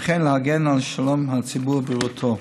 וכן להגן על שלום הציבור ובריאותו.